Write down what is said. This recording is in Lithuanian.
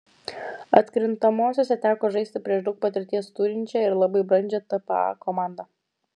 atkrintamosiose teko žaisti prieš daug patirties turinčią ir labai brandžią tpa komandą